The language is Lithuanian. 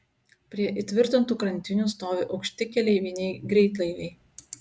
prie įtvirtintų krantinių stovi aukšti keleiviniai greitlaiviai